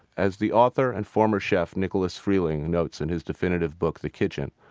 as the author and former chef nicolas freeling notes in his definitive book the kitchen,